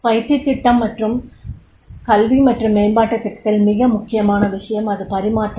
பயிற்சித் திட்டம் கல்வி மற்றும் மேம்பாட்டுத் திட்டத்தில் மிக முக்கியமான விஷயம் அது பரிமாற்றம்